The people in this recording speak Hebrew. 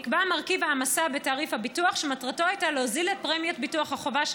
נקבע מרכיב ההעמסה בתעריף הביטוח שמטרתו להוזיל את פרמיית ביטוח החובה של